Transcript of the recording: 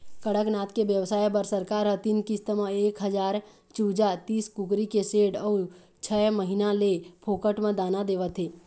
कड़कनाथ के बेवसाय बर सरकार ह तीन किस्त म एक हजार चूजा, तीस कुकरी के सेड अउ छय महीना ले फोकट म दाना देवत हे